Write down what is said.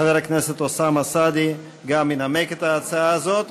חבר הכנסת אוסאמה סעדי גם ינמק את ההצעה הזאת.